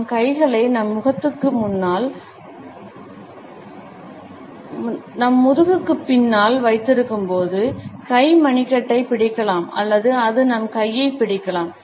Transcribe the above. நாம் கைகளை நம் முதுகுக்குப் பின்னால் வைத்திருக்கும்போது கை மணிக்கட்டைப் பிடிக்கலாம் அல்லது அது நம் கையைப் பிடிக்கலாம்